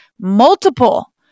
multiple